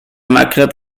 maghreb